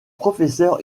professeur